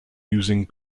using